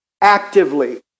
actively